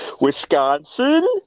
Wisconsin